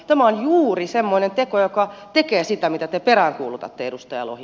tämä on juuri semmoinen teko joka tekee sitä mitä te peräänkuulutatte edustaja lohi